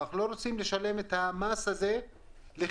אנחנו לא רוצים לשלם את המס הזה לחינם.